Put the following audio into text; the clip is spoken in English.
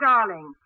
Darling